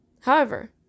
However